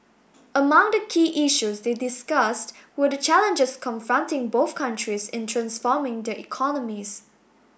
among the key issues they discussed were the challenges confronting both countries in transforming their economies